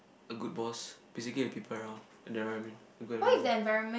a good boss basically the people around and the environment a good environment